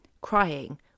crying